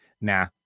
Nah